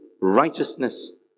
righteousness